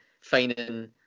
finding